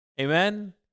Amen